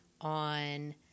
on